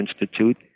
Institute